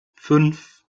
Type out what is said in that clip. fünf